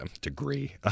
degree